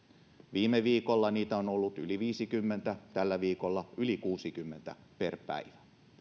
viime viikolla niitä on ollut yli viisikymmentä tällä viikolla yli kuusikymmentä per päivä